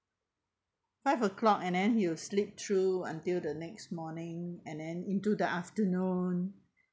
five O clock and then he will sleep through until the next morning and then into the afternoon